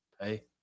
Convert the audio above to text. Hey